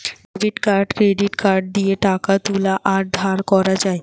debit card credit card দিয়ে টাকা তুলা আর ধার করা যায়